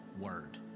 word